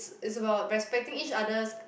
is about respecting each others